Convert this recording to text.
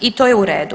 I to je u redu.